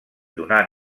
donar